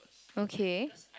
okay